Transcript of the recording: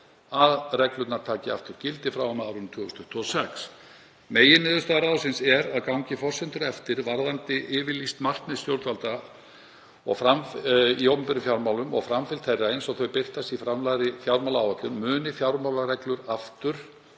að reglurnar taki aftur gildi frá og með árinu 2026. Meginniðurstaða ráðsins er að gangi forsendur eftir varðandi yfirlýst markmið stjórnvalda í opinberum fjármálum og framfylgd þeirra eins og þau birtast í framlagðri fjármálaáætlun muni fjármálareglur aftur